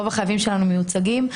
רוב החייבים שלנו מיוצגים.